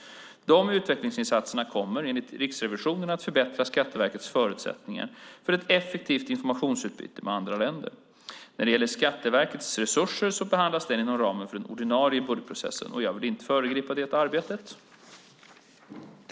De utvecklingsinsatserna kommer, enligt Riksrevisionen, att förbättra Skatteverkets förutsättningar för ett effektivt informationsutbyte med andra länder. När det gäller Skatteverkets resurser behandlas frågan inom ramen för den ordinarie budgetprocessen. Jag vill inte föregripa det arbetet.